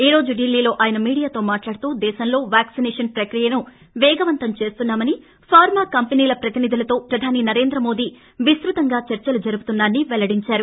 ఈరోజు ఢిల్లీలో ఆయన మీడియాతో మాట్లాడుతూ దేశంలో వ్యాక్సినేషన్ ప్రక్రియను వేగవంతం చేస్తున్నా మనిఫార్శా కంపెనీల ప్రతినిధులతో ప్రధాని నరేంద్ర మోదీ విస్తృతంగా చర్సలు జరుపుతున్నారని వెల్లడించారు